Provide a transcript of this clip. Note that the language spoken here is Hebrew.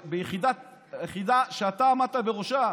יחידה שאתה עמדת בראשה,